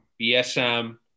BSM